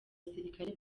abasirikare